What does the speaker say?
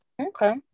Okay